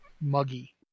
muggy